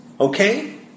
Okay